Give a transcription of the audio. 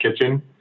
kitchen